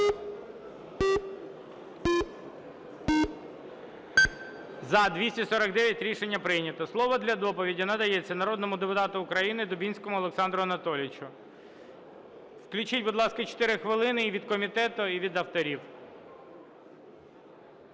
За-249 Рішення прийнято. Слово для доповіді надається народному депутату України Дубінському Олександру Анатолійовичу. Включіть, будь ласка, 4 хвилини – і від комітету, і від авторів.